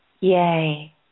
Yay